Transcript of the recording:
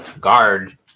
guard